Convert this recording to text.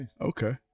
Okay